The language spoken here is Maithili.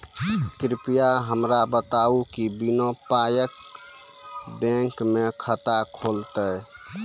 कृपया हमरा कहू कि बिना पायक बैंक मे खाता खुलतै?